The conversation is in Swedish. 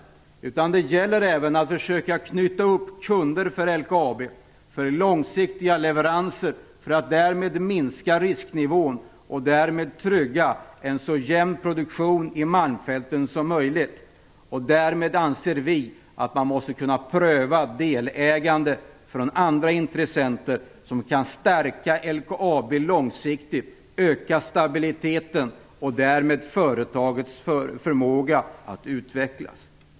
Det gäller även att kunna knyta kunder till LKAB för långsiktiga leveranser för att därmed minska risknivån och trygga en så jämn produktion i malmfälten som möjligt. Därför anser vi att man måste kunna pröva delägande för andra intressenter, som kan stärka LKAB långsiktigt, öka stabiliteten och därmed företagets förmåga att utvecklas.